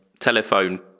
Telephone